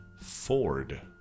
Ford